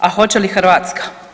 A hoće li Hrvatska?